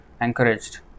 encouraged